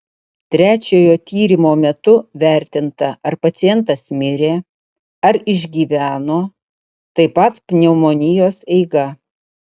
trečiojo tyrimo metu vertinta ar pacientas mirė ar išgyveno taip pat pneumonijos eiga